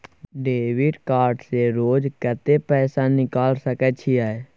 Debit card से रोज कत्ते पैसा निकाल सके छिये?